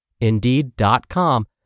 Indeed.com